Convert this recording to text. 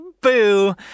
boo